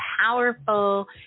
powerful